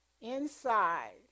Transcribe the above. inside